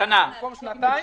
שנה במקום שנתיים?